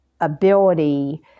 ability